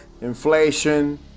inflation